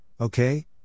okay